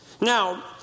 Now